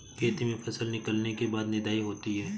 खेती में फसल निकलने के बाद निदाई होती हैं?